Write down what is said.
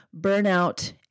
burnout